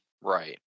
Right